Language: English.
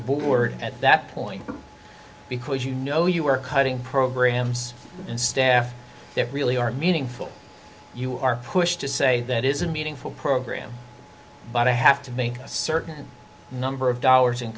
board at that point because you know you are cutting programs and staff that really are meaningful you are pushed to say that is a meaningful program but to have to make a certain number of dollars in